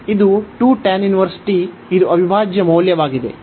ಇದು ಇದು ಅವಿಭಾಜ್ಯ ಮೌಲ್ಯವಾಗಿದೆ